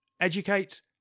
Educate